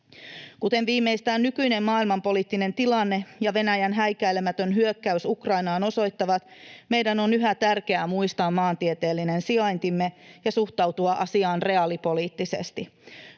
Kuten viimeistään nykyinen maailmanpoliittinen tilanne ja Venäjän häikäilemätön hyökkäys Ukrainaan osoittavat, meidän on yhä tärkeää muistaa maantieteellinen sijaintimme ja suhtautua asiaan reaalipoliittisesti.